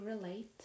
relate